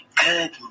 Good